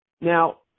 now